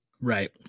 right